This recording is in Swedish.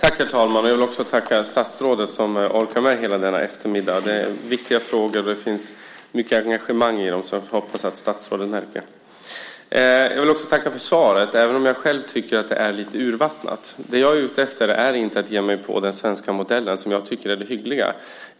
Herr talman! Jag vill tacka statsrådet som orkar med hela denna eftermiddag. Det är viktiga frågor och det finns mycket engagemang i dem, som jag hoppas att statsrådet märker. Jag vill också tacka för svaret, även om jag själv tycker att det är lite urvattnat. Det jag är ute efter är inte att ge mig på den svenska modellen, som jag tycker är hygglig.